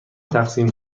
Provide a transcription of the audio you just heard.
تقسیم